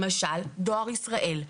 למשל, דואר ישראל.